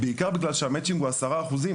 בעיקר בגלל שהמצ'ינג הוא עשרה אחוזים